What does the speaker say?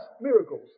miracles